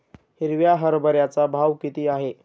हिरव्या हरभऱ्याचा भाव किती आहे?